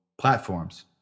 platforms